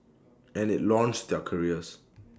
and IT launched their careers